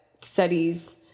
studies